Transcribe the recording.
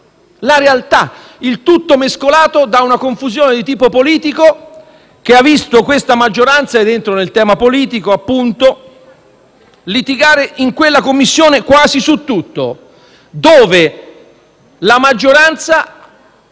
la realtà. Il tutto mescolato da una confusione di tipo politico, che ha visto questa maggioranza - ed entro nel tema politico - litigare nelle Commissioni riunite quasi su tutto. La maggioranza